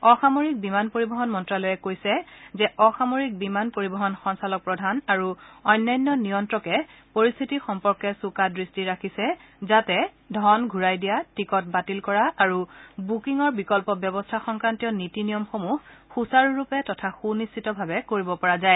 অসামৰিক বিমান পৰিবহণ মন্তালয়ে কৈছে যে অসামৰিক বিমান পৰিবহণ সঞ্চালকপ্ৰধান আৰু অন্যান্য নিয়ন্ত্ৰকে পৰিস্থিতি সম্পৰ্কে চোকা দৃষ্টি ৰাখিছে যাতে ধন ঘূৰাই দিয়া টিকট বাতিল কৰা আৰু বুকিঙৰ বিকল্প ব্যৱস্থা সংক্ৰান্তীয় নীতি নিয়মসমূহ সুচাৰুৰূপে তথা সুনিশ্চিতভাৱে কৰিব পৰা যায়